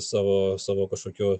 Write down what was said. savo savo kažkokių